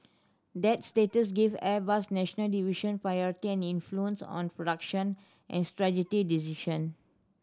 that status give Airbus's national division priority and influence on production and strategy decision